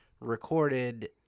recorded